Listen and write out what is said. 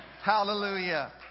hallelujah